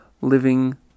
living